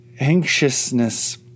anxiousness